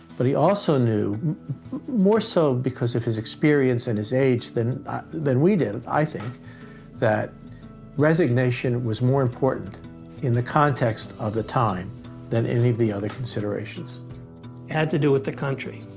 but he also knew more so because of his experience and his age than than we did, i think that resignation was more important in the context of the time than any of the other considerations it had to do with the country.